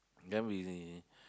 then we